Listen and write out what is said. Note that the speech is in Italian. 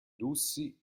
russi